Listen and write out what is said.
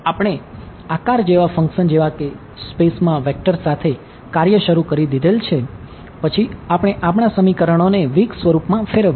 આપણે આકાર જેવા ફંક્શન જેવા કે સ્પેસમાં વેકટર સાથે કાર્ય શરૂ કરી દીધેલ છે પછી આપણે આપણાં સમીકરણોને વીક સ્વરૂપમાં ફેરવ્યા